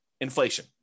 Inflation